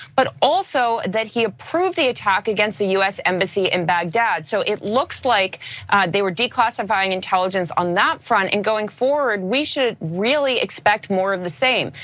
but also that he approved the attack against the us embassy in baghdad. so it looks like they were declassifying intelligence on that front and going forward, we should really expect more of the same.